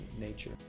nature